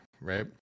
right